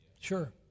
Sure